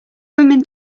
women